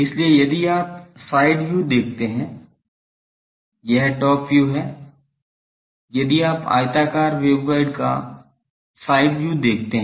इसलिए यदि आप साइड व्यू देखते हैं यह टॉप व्यू है यदि आप आयताकार वेवगाइड का साइड व्यू देखते हैं